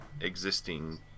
existing